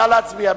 נא להצביע.